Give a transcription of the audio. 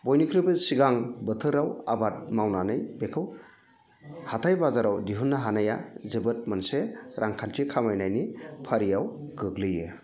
बयनिख्रुइबो सिगां बोथोराव आबाद मावनानै बेखौ हाथाय बाजाराव दिहुननो हानाया जोबोद मोनसे रांखान्थि खामायनायनि फारियाव गोग्लैयो